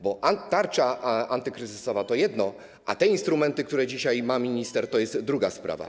Bo tarcza antykryzysowa to jedno, a te instrumenty, które dzisiaj ma minister, to jest druga sprawa.